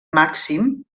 màxim